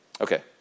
Okay